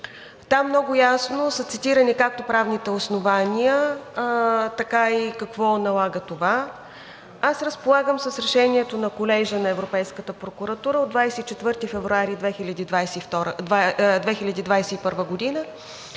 Там много ясно са цитирани както правните основания, така и какво налага това. Аз разполагам с Решението на Колежа на Европейската прокуратура от 24 февруари 2021 г.,